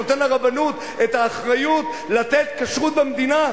שנותן לרבנות את האחריות לתת כשרות במדינה?